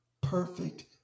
perfect